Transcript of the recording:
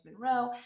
Monroe